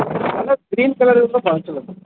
colour green colour ಅಂದ್ರ ಭಾಳ ಚಲೋ ಅದ